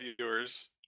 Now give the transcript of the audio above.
viewers